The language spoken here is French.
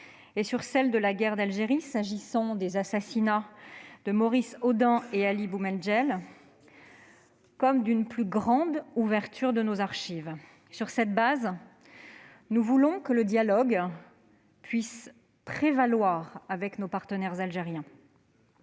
et sur celle de la guerre d'Algérie, s'agissant des assassinats de Maurice Audin et Ali Boumendjel, avec une plus grande ouverture de nos archives. Sur cette base, nous voulons que le dialogue puisse prévaloir avec nos partenaires algériens.